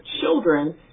children